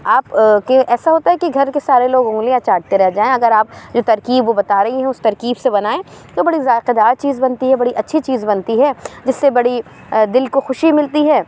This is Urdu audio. آپ کہ ایسا ہوتا ہے کہ گھر کے سارے لوگ انگلیاں چاٹتے رہ جائیں اگر آپ جو ترکیب وہ بتاتی رہی ہیں اس ترکیب سے بنائیں تو بڑی ذائقہ دار چیز بنتی ہے بڑی اچھی چیز بنتی ہے جس سے بڑی دل کو خوشی ملتی ہے